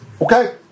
Okay